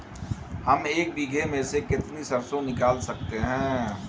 हम एक बीघे में से कितनी सरसों निकाल सकते हैं?